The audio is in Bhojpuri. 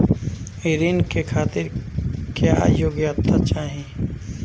ऋण के खातिर क्या योग्यता चाहीं?